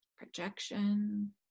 Projection